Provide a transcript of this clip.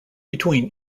between